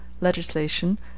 legislation